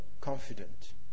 confident